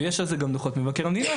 ויש על זה גם דוחות מבקר המדינה,